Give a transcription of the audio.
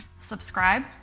subscribe